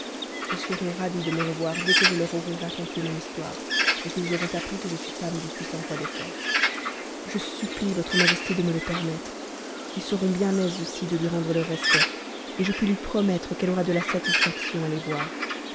ils seront ravis je me revoir dès que je leur aurai raconté mon histoire et qu'ils auront appris que je suis femme du puissant roi de perse je supplie votre majesté jp me le permettre ils seront bien aises aussi de lui rendre leurs respects et je puis lui promettre qu'elle aura de la satisfaction à les voir